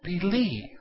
believe